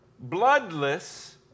bloodless